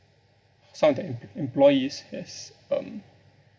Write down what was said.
some of their employees has um